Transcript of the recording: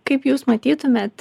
kaip jūs matytumėt